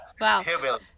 Wow